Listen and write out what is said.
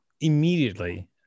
immediately